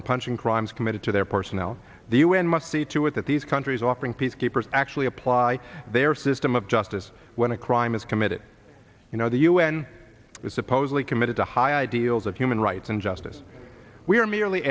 and punching crimes committed to their personnel the u n must see to it that these countries offering peacekeepers actually apply their system of justice when a crime is committed you know the un is supposedly committed to high ideals of human rights and justice we are merely